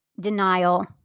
denial